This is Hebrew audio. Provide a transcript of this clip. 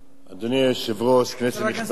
אדוני היושב-ראש, כנסת נכבדה,